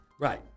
Right